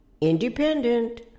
independent